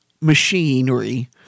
machinery